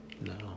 no